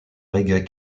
reggae